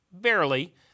Barely